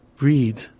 read